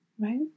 Right